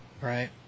right